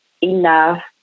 enough